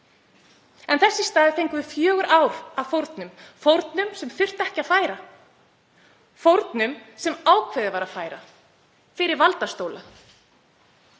en þess í stað fengum við fjögur ár af fórnum, fórnum sem þurfti ekki að færa, fórnum sem ákveðið var að færa fyrir valdastóla.